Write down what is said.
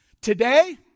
Today